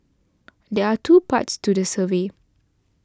there are two parts to the survey